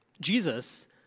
Jesus